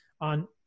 on